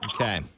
Okay